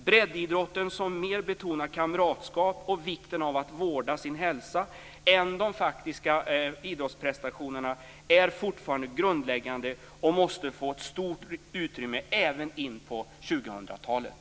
Breddidrotten, som mer betonar kamratskap och vikten av att vårda sin hälsa än de faktiska idrottsprestationerna, är fortfarande grundläggande och måste få stort utrymme även in på 2000-talet.